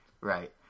Right